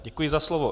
Děkuji za slovo.